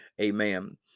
Amen